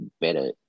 better